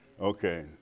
Okay